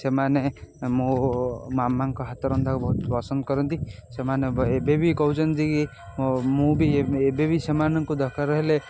ସେମାନେ ମୋ ମାମାଙ୍କ ହାତ ରନ୍ଧାକୁ ବହୁତ ପସନ୍ଦ କରନ୍ତି ସେମାନେ ବ ଏବେବି କହୁଛନ୍ତି କି ମୁଁ ବି ଏବ ଏବେ ବି ସେମାନଙ୍କୁ ଦରକାର ହେଲେ